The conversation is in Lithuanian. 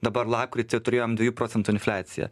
dabar lapkritį turėjom dviejų procentų infliaciją